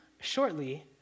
shortly